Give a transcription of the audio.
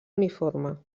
uniforme